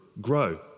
grow